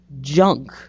junk